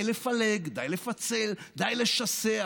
כמו שהוא התנגד, הייתם מוסיפים עוד שניים.